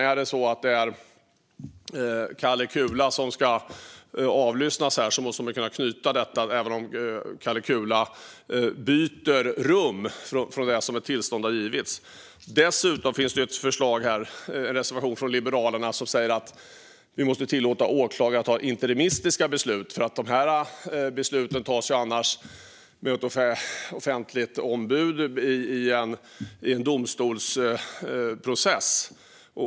Är det så att Kalle Kula ska avlyssnas måste man kunna göra det även om Kalle Kula byter från det rum som tillstånd givits för. Dessutom finns det en reservation från Liberalerna som säger att vi måste tillåta åklagare att ta interimistiska beslut. Besluten tas ju annars med ett offentligt ombud i en domstolsprocess.